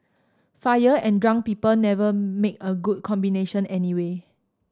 fire and drunk people never make a good combination anyway